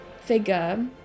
figure